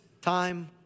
time